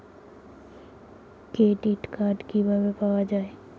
Credit card কিভাবে পাওয়া য়ায়?